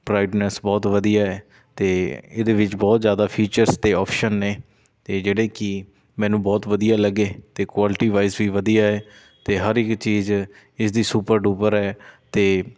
brightness ਬਹੁਤ ਵਧੀਆ ਹੈ ਅਤੇ ਇਹਦੇ ਵਿੱਚ ਬਹੁਤ ਜ਼ਿਆਦਾ ਫੀਚਰਸ ਅਤੇ ਓਪਸ਼ਨ ਨੇ ਤੇ ਜਿਹੜੇ ਕਿ ਮੈਨੂੰ ਬਹੁਤ ਵਧੀਆ ਲੱਗੇ ਅਤੇ ਕੁਆਲਿਟੀ ਵਾਈਸ ਵੀ ਵਧੀਆ ਹੈ ਅਤੇ ਹਰ ਇੱਕ ਚੀਜ਼ ਇਸਦੀ ਸੁਪਰ ਡੁਪਰ ਹੈ ਅਤੇ